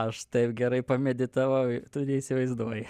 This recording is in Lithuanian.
aš taip gerai pameditavau tu neįsivaizduoji